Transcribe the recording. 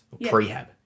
prehab